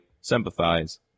sympathize